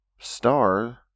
Star